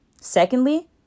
Secondly